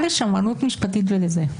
לשמרנות משפטית ולזה?